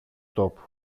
τόπου